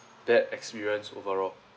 bad experience overall